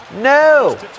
No